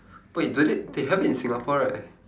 wait do they they have it in singapore right